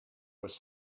was